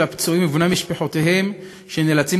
של הפצועים ושל בני משפחותיהם שנאלצים